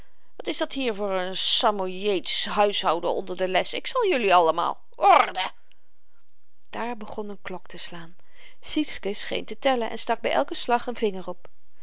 wat is dat hier voor n samojeedsch huishouden onder de les ik zal jelui allemaal orrrde daar begon n klok te slaan sietske scheen te tellen en stak by elken slag n vinger op